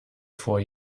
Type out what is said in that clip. vor